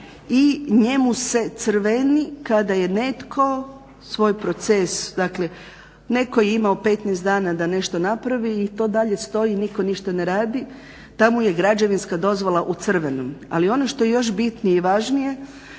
i njemu se crveni kada je netko svoj proces, dakle netko je imao 15 dana da nešto napravi i to dalje stoji i nitko ništa ne radi. Ta mu je građevinska dozvola u crvenom. Ali ono što je još bitnije i važnije